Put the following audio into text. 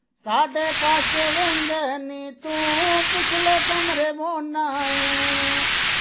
साढ़े पास बिंद नि तूं पिछले कमरे बौह्न्ना ऐं